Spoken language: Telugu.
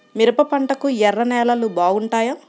మిరప పంటకు ఎర్ర నేలలు బాగుంటాయా?